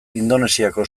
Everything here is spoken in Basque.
indonesiako